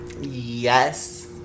Yes